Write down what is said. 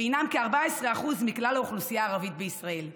שהינם כ-14% מכלל האוכלוסייה הערבית בישראל.